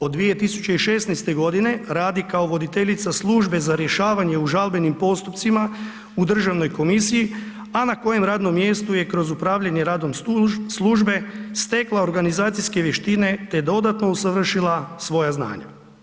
Od 2016. g. radi kao voditeljica Službe za rješavanje u žalbenim postupcima u Državnoj komisiji a na kojem radnom mjestu je kroz upravljanje radom službe stekla organizacijske vještine te je dodatno usavršila svoja znanja.